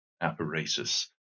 apparatus